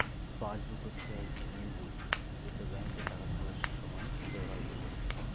passbook হচ্ছে এক ধরনের বই যেটা ব্যাঙ্কে টাকা তোলার সময় ব্যবহার করা হয়